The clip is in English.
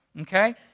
Okay